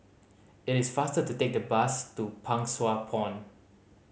it is faster to take the bus to Pang Sua Pond